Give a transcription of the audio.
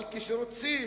אבל כשרוצים,